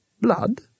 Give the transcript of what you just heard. Blood